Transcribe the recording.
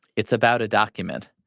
it's about a document.